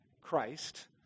Christ